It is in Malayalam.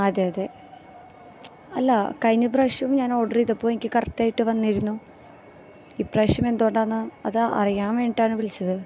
അതെ അതെ അല്ല കഴിഞ്ഞ പ്രാവശ്യം ഞാനോഡര് ചെയ്തപ്പോൾ എനിക്ക് കറക്റ്റായിട്ട് വന്നിരുന്നു ഇപ്രാവശ്യമെന്തു കൊണ്ടാണെന്ന് അത് അറിയാന് വേണ്ടിയിട്ടാണ് വിളിച്ചത്